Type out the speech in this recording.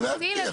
ידעתי.